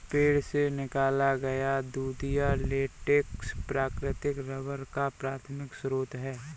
पेड़ से निकाला गया दूधिया लेटेक्स प्राकृतिक रबर का प्राथमिक स्रोत है